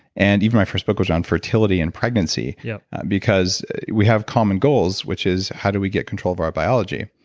and even my first book was on fertility and pregnancy yeah because we have common goals which is how do we get control of our biology.